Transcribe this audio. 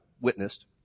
witnessed